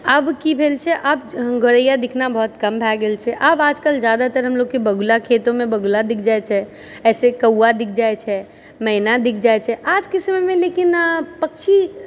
आब की भेल छै आब गोरैया देखना बहुत कम भए गेल छै आब आजकल जादातर हमलोगके बगुला खेतोमे बगुला दिख जाइत छै ऐसे कौवा दिख जाइत छै मैना दिख जाइत छै आजके समयमे लेकिन पक्षी